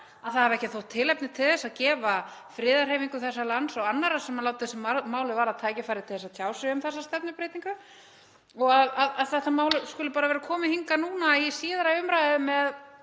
að það hafi ekki þótt tilefni til þess að gefa friðarhreyfingum þessa lands og öðrum sem láta sig málið varða tækifæri til að tjá sig um þessa stefnubreytingu og að þetta mál skuli vera komið hingað núna í síðari umræðu með,